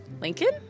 Lincoln